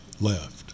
left